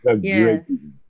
Yes